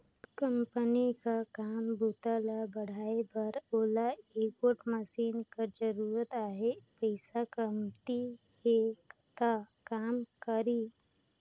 Company कर काम बूता ल बढ़ाए बर ओला एगोट मसीन कर जरूरत अहे, पइसा कमती हे त का करी?